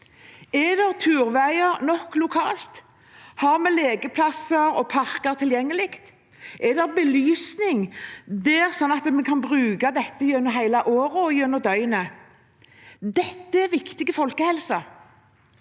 Er det turveier nok lokalt? Har vi lekeplasser og parker tilgjengelig? Er det belysning der, sånn at vi kan bruke dette gjennom hele året og gjennom døgnet? Dette er viktig folkehelse.